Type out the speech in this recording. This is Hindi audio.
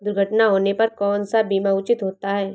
दुर्घटना होने पर कौन सा बीमा उचित होता है?